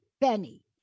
Benny